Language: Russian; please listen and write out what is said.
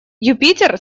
юпитер